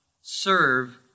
serve